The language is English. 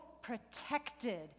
protected